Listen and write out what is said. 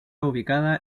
ubicada